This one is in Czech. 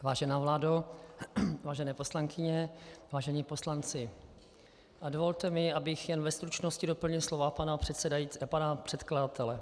Vážená vládo, vážené poslankyně, vážení poslanci, dovolte mi, abych jen ve stručnosti doplnil slova pana předkladatele.